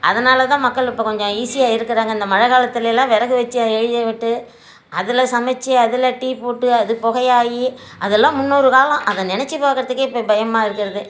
அதனால தான் மக்கள் இப்போது நாங்கள் ஈசியாக இருக்குறாங்க இந்த மழை காலத்திலலாம் விறகு வச்சு எரிய விட்டு அதில் சமைச்சி அதில் டீ போட்டு அது புகையாகி அதெல்லாம் முன்னொரு காலம் அதை நினச்சி பார்க்குறதுக்கே இப்போ பயமாக இருக்கிறது